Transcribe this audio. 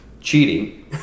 cheating